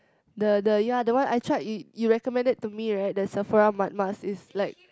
the the ya the one I tried you you recommended to me right the Sephora mud mask it's like